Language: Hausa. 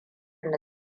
na